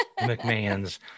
mcmahon's